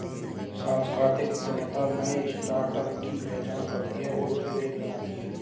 सांस्कृतिक उद्यमिता नए स्टार्टअप की पहचान करती है और उन्हें वैध बनाती है